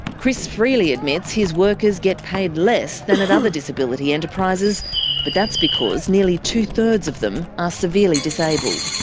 chris freely admits his workers get paid less than at other disability enterprises but that's because nearly two-thirds of them are severely disabled.